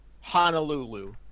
Honolulu